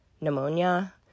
pneumonia